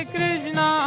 Krishna